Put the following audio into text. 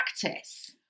practice